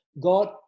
God